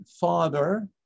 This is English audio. father